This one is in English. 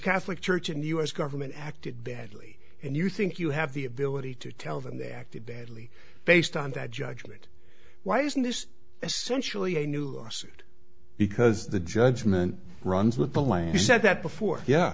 catholic church and the u s government acted badly and you think you have the ability to tell them they acted badly based on that judgment why isn't this essentially a new lawsuit because the judgment runs with the land he said that before yeah